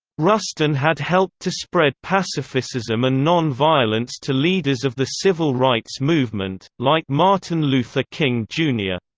rustin had helped to spread pacificism and non-violence to leaders of the civil rights movement, like martin luther king jr.